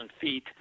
feet